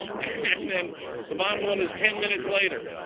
and then the bottom one is ten minutes later.